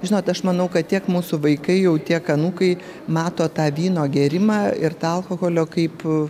žinot aš manau kad tiek mūsų vaikai jau tiek anūkai mato tą vyno gėrimą ir tą alkoholio kaip